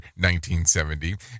1970